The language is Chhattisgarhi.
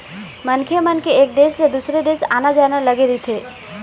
मनखे मन के एक देश ले दुसर देश आना जाना लगे रहिथे